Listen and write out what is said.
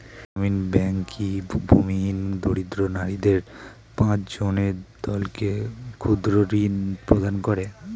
গ্রামীণ ব্যাংক কি ভূমিহীন দরিদ্র নারীদের পাঁচজনের দলকে ক্ষুদ্রঋণ প্রদান করে?